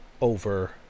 over